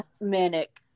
manic